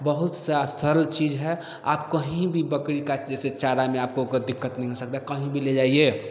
बहुत सा सरल चीज है आप कहीं भी बकरी का जैसे चारा में आपको कोई दिक्कत नहीं कहीं भी ले जाइए